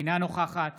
אינה נוכחת